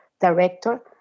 director